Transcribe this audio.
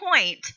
point